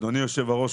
אדוני היושב-ראש,